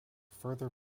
further